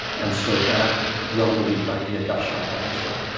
and so that well-believed idea got shot down as well.